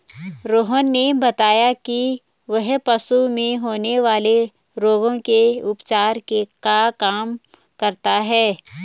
रोहन ने बताया कि वह पशुओं में होने वाले रोगों के उपचार का काम करता है